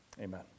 amen